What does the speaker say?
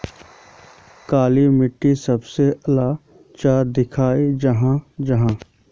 काली मिट्टी सबसे अलग चाँ दिखा जाहा जाहा?